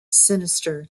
sinister